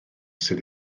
sydd